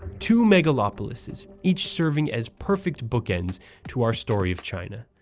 two megalopolises, each serving as perfect bookends to our story of china,